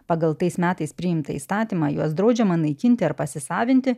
pagal tais metais priimtą įstatymą juos draudžiama naikinti ar pasisavinti